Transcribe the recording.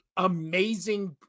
amazing